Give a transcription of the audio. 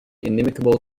inimicable